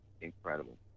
Incredible